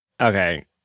Okay